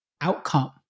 outcome